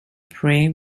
pray